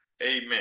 amen